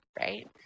right